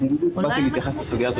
אני מתייחס לסוגיה,